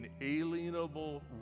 inalienable